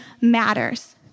matters